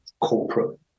corporate